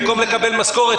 במקום לקבל משכורת,